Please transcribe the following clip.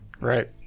right